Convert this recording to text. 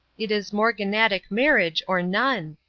it is morganatic marriage or none.